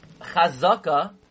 Chazaka